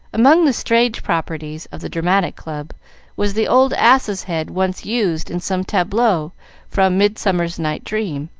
among the stage properties of the dramatic club was the old ass's head once used in some tableaux from midsummer night's dream.